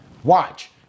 Watch